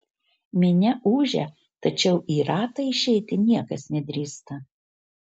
minia ūžia tačiau į ratą išeiti niekas nedrįsta